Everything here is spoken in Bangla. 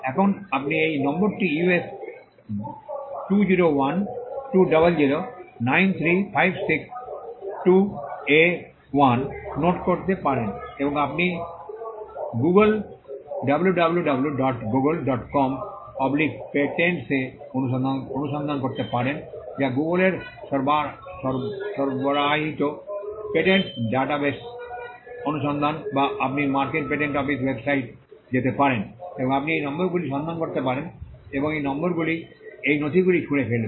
এখন আপনি এই নম্বরটি US 20120093562A1 নোট করতে পারেন এবং আপনি গুগল wwwgooglecompatents এ অনুসন্ধান করতে পারেন যা গুগলের সরবরাহিত পেটেন্ট ডাটাবেস অনুসন্ধান বা আপনি মার্কিন পেটেন্ট অফিস ওয়েবসাইটে যেতে পারেন এবং আপনি এই নম্বরগুলি সন্ধান করতে পারেন এবং নম্বরগুলি এই নথিগুলি ছুঁড়ে ফেলবে